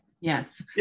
Yes